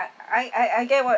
I I I get what